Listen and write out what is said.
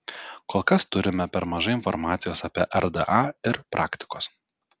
kol kas turime per mažai informacijos apie rda ir praktikos